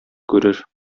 күрер